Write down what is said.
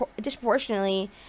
disproportionately